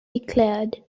declared